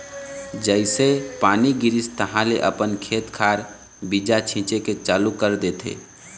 जइसे पानी गिरिस तहाँले अपन खेत खार बीजा छिचे के चालू कर देथे